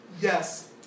Yes